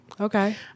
Okay